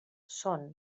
són